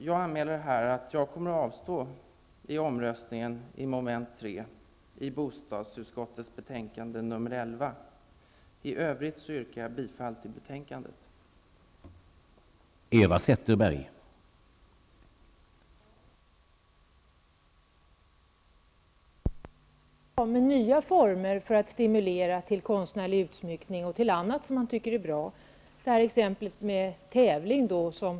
Jag anmäler härmed att jag ämnar avstå vid omröstningen när det gäller mom. 3 i hemställan i bostadsutskottets betänkande nr 11. I övrigt yrkar jag bifall till utskottets hemställan.